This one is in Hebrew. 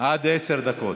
עד עשר דקות.